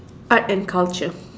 art and culture